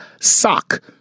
Sock